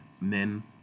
men